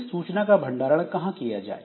इस सूचना का भंडारण कहां किया जाए